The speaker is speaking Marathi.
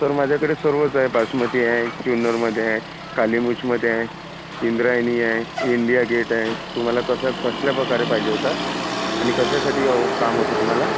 सर माझ्याकडे सर्वच आहे बासमती आहे क्यूनरमध्ये आहे कालीमूछमध्ये आहे इंद्रायणी आहे इंडिया गेट आहे तुम्हाला कसा कसल्या प्रकारे पाहिजे होता आणि कशासाठी काम होतं तुम्हाला